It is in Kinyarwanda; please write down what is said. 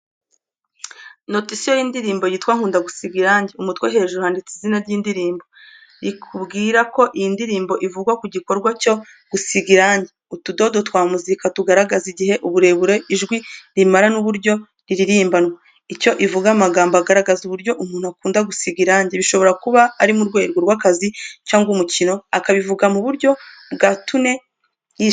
Notisiyo y’indirimbo yitwa Nkunda gusiga irangi. Umutwe hejuru handitse izina ry’indirimbo, rikubwira ko iyi ndirimbo ivuga ku gikorwa cyo gusiga irangi. Utudodo twa muzika dugaragaza igihe uburebure ijwi rimara n’uburyo ririmbanwa. Icyo ivuga amagambo agaragaza uburyo umuntu akunda gusiga irangi, bishobora kuba ari mu rwego rw’akazi cyangwa umukino, akabivuga mu buryo bwa tune yishimye.